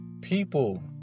People